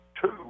two